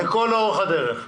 לכל אורך הדרך.